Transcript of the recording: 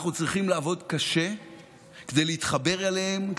אנחנו צריכים לעבוד קשה כדי להתחבר אליהם,